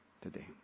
Today